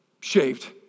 shaved